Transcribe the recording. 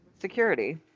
security